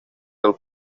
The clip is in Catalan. del